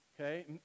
okay